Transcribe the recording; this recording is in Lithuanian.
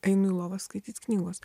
einu į lovą skaityt knygos